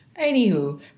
Anywho